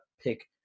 pick